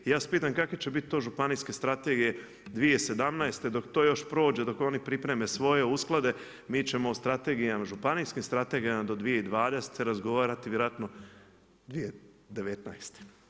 I ja vas pitam kakve će biti to županijske strategije 2017. dok to još prođe, dok oni pripreme svoje, usklade, mi ćemo o strategijama, županijskim strategijama do 2020. razgovarati vjerojatno 2019.